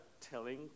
telling